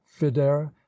fidera